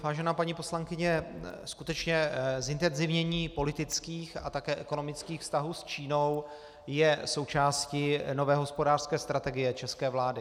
Vážená paní poslankyně, skutečně zintenzivnění politických a také ekonomických vztahů s Čínou je součástí nové hospodářské strategie české vlády.